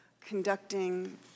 conducting